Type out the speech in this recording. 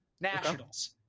Nationals